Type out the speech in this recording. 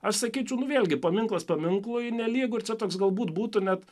aš sakyčiau nu vėlgi paminklas paminklui nelygu čia toks galbūt būtų net